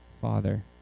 Father